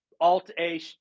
Alt-A